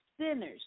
sinners